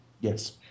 Yes